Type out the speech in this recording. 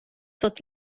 suot